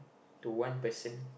to one person